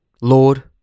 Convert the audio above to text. Lord